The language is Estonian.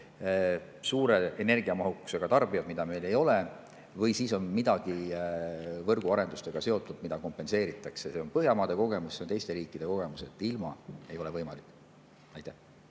suure energiamahukusega tarbijad, mida meil ei ole, või siis midagi võrguarendustega seotut, mida kompenseeritakse. See on Põhjamaade kogemus ja ka teiste riikide kogemus, et ilma ei ole võimalik. Rain